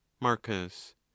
Marcus